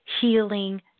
healing